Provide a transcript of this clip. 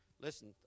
Listen